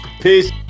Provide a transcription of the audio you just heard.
Peace